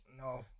No